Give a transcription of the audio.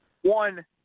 One